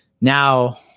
now